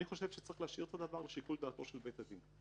אני חושב שצריך להשאיר את הדבר לשיקול דעתו של בית הדין.